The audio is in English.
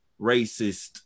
racist